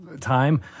time